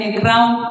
ground